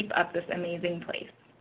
up this amazing place.